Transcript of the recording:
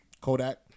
Kodak